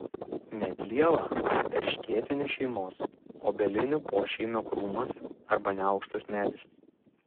medlieva erškėtinių šeimos obelinių pošeimio krūmas arba neaukštas medis